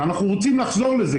אנחנו רוצים לחזור לזה.